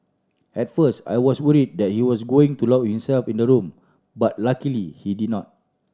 at first I was worried that he was going to lock himself in the room but luckily he did not